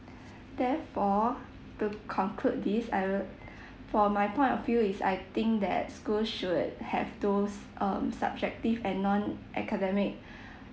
therefore to conclude this I will for my point of view is I think that school should have those um subjective and non academic